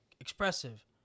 expressive